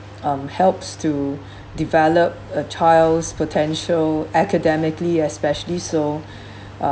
um helps to develop a child's potential academically especially so